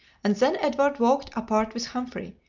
and then edward walked apart with humphrey,